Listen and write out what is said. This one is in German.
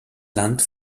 land